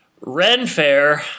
Renfair